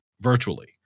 virtually